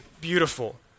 beautiful